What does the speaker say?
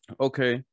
okay